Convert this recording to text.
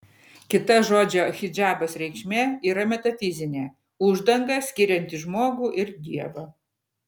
kita žodžio hidžabas reikšmė yra metafizinė uždanga skirianti žmogų ir dievą